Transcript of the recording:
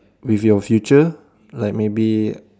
with your future like maybe